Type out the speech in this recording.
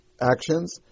actions